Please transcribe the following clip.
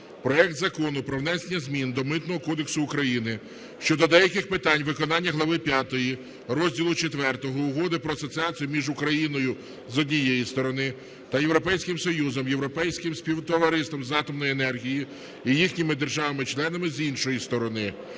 проект Закону про внесення змін до Митного кодексу України щодо деяких питань виконання Глави 5 Розділу IV Угоди про асоціацію між Україною, з однієї сторони, та Європейським Союзом, Європейським співтовариством з атомної енергії і їхніми державами-членами, з іншої сторони